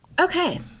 okay